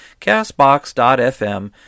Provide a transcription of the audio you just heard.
Castbox.fm